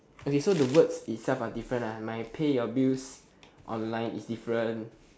okay so the words itself are different ah my pay your bills online is different